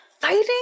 Fighting